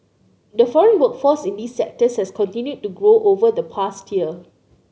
the foreign workforce in these sectors has continued to grow over the past year